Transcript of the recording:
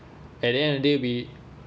at the end of the day we